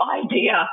idea